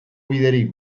biderik